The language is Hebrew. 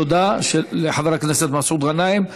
תודה לחבר הכנסת מסעוד גנאים.